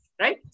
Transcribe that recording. right